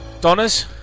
Donners